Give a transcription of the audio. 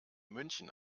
münchen